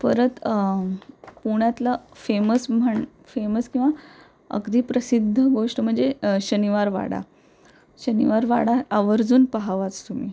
परत पुण्यातलं फेमस म्हण फेमस किंवा अगदी प्रसिद्ध गोष्ट म्हणजे शनिवार वाडा शनिवार वाडा आवर्जून पाहावाच तुम्ही